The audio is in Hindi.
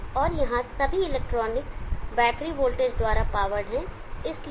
और यहां सभी इलेक्ट्रॉनिक्स बैटरी वोल्टेज द्वारा पावर्ड हैं